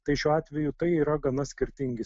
tai šiuo atveju tai yra gana skirtingi